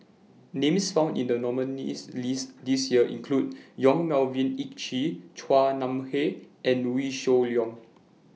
Names found in The nominees' list This Year include Yong Melvin Yik Chye Chua Nam Hai and Wee Shoo Leong